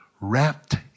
wrapped